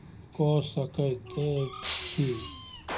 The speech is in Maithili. कऽ सकैत छी